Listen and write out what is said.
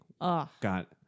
got